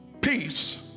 peace